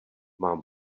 mám